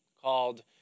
called